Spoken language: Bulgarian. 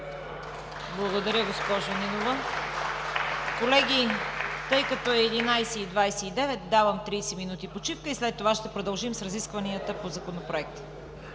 Благодаря Ви, госпожо Нинова. Колеги, тъй като е 11,29 ч., давам 30 минути почивка и след това ще продължим с разискванията по Законопроекта.